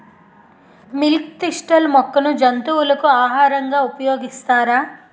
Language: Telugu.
మిల్క్ తిస్టిల్ మొక్కను జంతువులకు ఆహారంగా ఉపయోగిస్తారా?